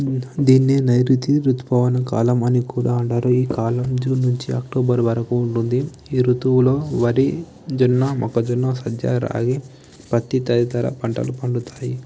దీన్ని నైరుతి ఋతుపవన కాలమని కూడా అంటారు ఈ కాలం నుంచి అక్టోబర్ వరకు ఉంటుంది ఈ ఋతువులో వరి జొన్న మొక్కజొన్న సజ్జ రాగి పత్తి తదితర పంటలు పండుతాయి